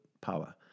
power